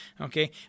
okay